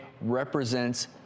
represents